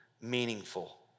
meaningful